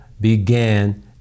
began